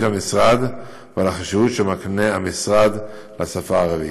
המשרד ועל החשיבות שמקנה המשרד לשפה הערבית.